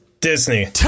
Disney